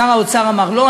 שר האוצר אמר: לא,